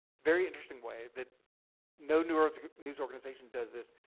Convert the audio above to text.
very interesting way that no news news organization does this,